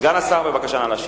נא להשיב.